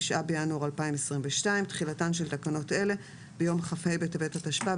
9 בינואר 2022. תחילתן של תקנות אלה ביום כ"ה בטבת התשפ"ב,